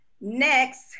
Next